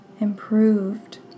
improved